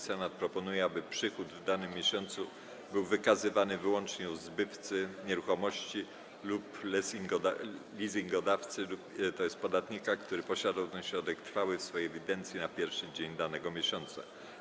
Senat proponuje, aby przychód w danym miesiącu był wykazywany wyłącznie u zbywcy nieruchomości lub leasingodawcy, tj. podatnika, który posiadał ten środek trwały w swojej ewidencji na pierwszy dzień danego miesiąca.